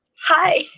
Hi